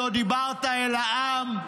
לא דיברת אל העם.